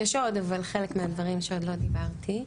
יש עוד אבל חלק מהדברים שעוד לא דיברתי.